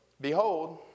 Behold